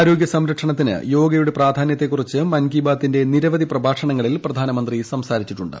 ആരോഗൃ സംരക്ഷണത്തിന് യോഗയുടെ പ്രാധാന്യത്തെകുറിച്ച് മൻ കി ബാത്തിന്റെ നിരവധി പ്രഭാഷണങ്ങളിൽ പ്രധാനമന്ത്രി സംസാരിച്ചിട്ടുണ്ട്